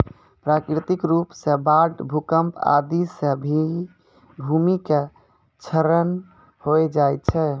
प्राकृतिक रूप सॅ बाढ़, भूकंप आदि सॅ भी भूमि के क्षरण होय जाय छै